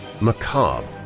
macabre